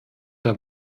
der